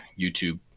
YouTube